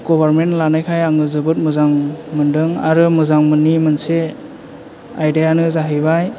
government लानायखाय आङो जोबोर मोजां मोन्दों आरो मोजां मोनि मोनसे आयदायानाे जाहैबाय